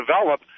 develop